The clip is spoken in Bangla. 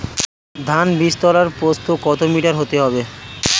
ধান বীজতলার প্রস্থ কত মিটার হতে হবে?